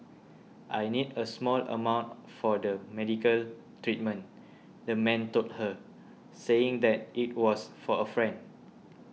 I need a small amount for the medical treatment the man told her saying that it was for a friend